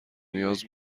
نیاز